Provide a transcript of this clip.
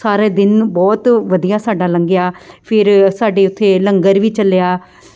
ਸਾਰੇ ਦਿਨ ਬਹੁਤ ਵਧੀਆ ਸਾਡਾ ਲੰਘਿਆ ਫਿਰ ਸਾਡੇ ਉੱਥੇ ਲੰਗਰ ਵੀ ਚੱਲਿਆ